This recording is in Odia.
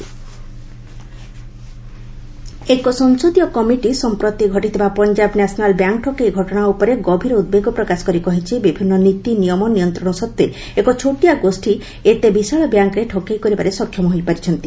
ପାର୍ ପ୍ୟାନେଲ୍ ପିଏନ୍ବି ଏକ ସଂସଦୀୟ କମିଟି ସମ୍ପ୍ରତି ଘଟିଥିବା ପଞ୍ଜାବ ନ୍ୟାସନାଲ୍ ବ୍ୟାଙ୍କ୍ ଠକେଇ ଘଟଣା ଉପରେ ଗଭୀର ଉଦ୍ବେଗ ପ୍ରକାଶ କରି କହିଛି ବିଭିନ୍ନ ନୀତି ନିୟମ ନିୟନ୍ତ୍ରଣ ସତ୍ତ୍ୱେ ଏକ ଛୋଟିଆ ଗୋଷ୍ଠୀ ଏତେ ବିଶାଳ ବ୍ୟାଙ୍କ୍ରେ ଠକେଇ କରିବାରେ ସକ୍ଷମ ହୋଇପାରିଛନ୍ତି